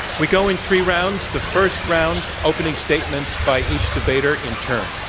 we go in three rounds. the first round, opening statements by each debater in turn.